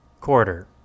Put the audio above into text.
quarter